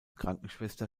krankenschwester